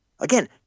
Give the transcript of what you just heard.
Again